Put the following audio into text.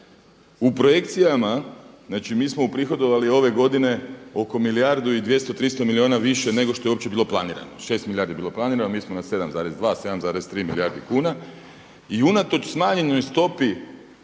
u projekcijama, znači mi smo uprihodovali ove godine oko milijardu i 200, 300 milijuna više nego što je uopće bilo planirano. 6 milijardi je bilo planirano, mi smo na 7,2, 7,3 milijardi kuna. I unatoč smanjenoj stopi